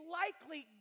likely